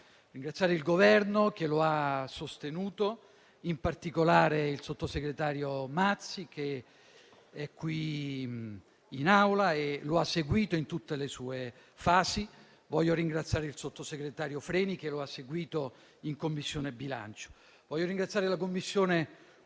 parlamentari, il Governo che lo ha sostenuto, in particolare il sottosegretario Mazzi che è qui in Aula e che lo ha seguito in tutte le sue fasi. Voglio inoltre ringraziare il sottosegretario Freni, che lo ha seguito in Commissione bilancio,